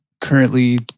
currently